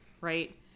right